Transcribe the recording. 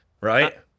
right